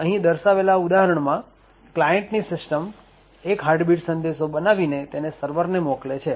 અહીં દર્શાવેલા ઉદાહરણમાં ક્લાયન્ટની સિસ્ટમ એક હાર્ટ બીટ સંદેશો બનાવીને તેને સર્વરને મોકલે છે